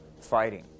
fighting